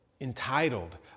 entitled